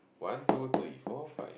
one two three four five